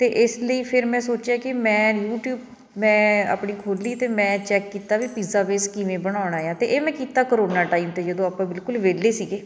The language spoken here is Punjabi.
ਅਤੇ ਇਸ ਲਈ ਫਿਰ ਮੈਂ ਸੋਚਿਆ ਕਿ ਮੈਂ ਯੂਟਿਊਬ ਮੈਂ ਆਪਣੀ ਖੋਲ੍ਹੀ ਅਤੇ ਮੈਂ ਚੈੱਕ ਕੀਤਾ ਵੀ ਪਿੱਜ਼ਾ ਬੇਸ ਕਿਵੇਂ ਬਣਾਉਣਾ ਆ ਅਤੇ ਇਹ ਮੈਂ ਕੀਤਾ ਕਰੋਨਾ ਟਾਈਮ 'ਤੇ ਜਦੋਂ ਆਪਾਂ ਬਿਲਕੁਲ ਵੇਹਲੇ ਸੀਗੇ